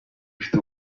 ifite